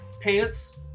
pants